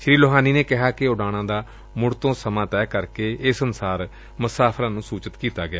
ਸ੍ਰੀ ਲੋਹਾਨੀ ਨੇ ਕਿਹਾ ਕਿ ਉਡਾਣਾਂ ਦਾ ਮੁਤ ਤੋਂ ਸਮਾਂ ਤੈਅ ਕਰਕੇ ਇਸ ਅਨੁਸਾਰ ਮੁਸਾਫਰਾਂ ਨੂੰ ਸੂਚਿਤ ਕੀਤਾ ਗਿਆ